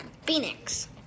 Phoenix